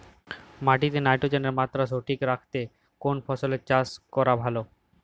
মাটিতে নাইট্রোজেনের মাত্রা সঠিক রাখতে কোন ফসলের চাষ করা ভালো?